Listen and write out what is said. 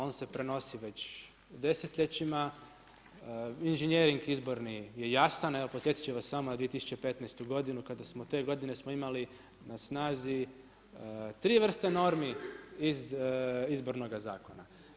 On se prenosi već desetljećima, inženjering izborni je jasan, evo podsjetit ću vas samo na 2015. godinu kada smo te godine imali na snazi tri vrste normi iz Izbornoga zakona.